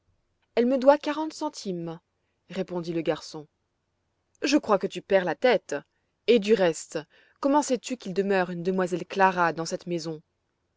elle me doit quarante centimes répondit le garçon je crois que tu perds la tête et du reste comment sais-tu qu'il demeure une demoiselle clara dans cette maison